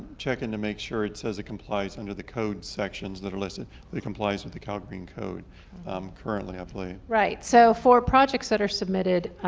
checking to make sure it says it complies under the code sections that are listed. that it complies with the calgreen code um currently. right, so for projects that are submitted,